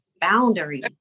boundary